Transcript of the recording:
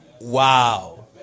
Wow